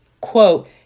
quote